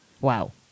Wow